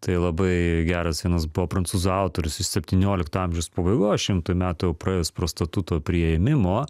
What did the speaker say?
tai labai geras vienas buvo prancūzų autorius septyniolikto amžiaus pabaigoj šimtui metų jau praėjus pro statuto priėmimo